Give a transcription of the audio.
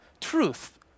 truth